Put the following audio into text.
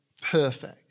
perfect